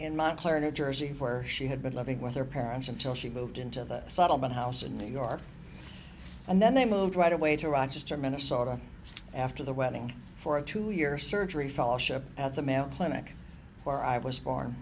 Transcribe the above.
in montclair new jersey where she had been living with her parents until she lived in to the settlement house in new york and then they moved right away to rochester minnesota after the wedding for a two year surgery fellowship at the mount clinic where i was born